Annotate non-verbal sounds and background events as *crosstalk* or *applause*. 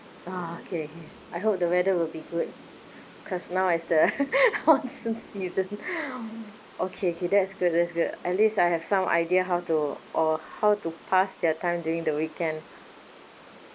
oh okay okay I hope the weather will be good because now is the *laughs* monsoon season okay okay that's good that's good at least I have some idea how to or how to pass their time during the weekend